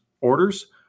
orders